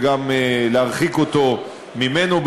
וגם להרחיק אותו ממנו,